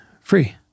free